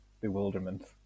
bewilderment